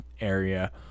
area